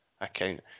account